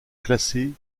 classée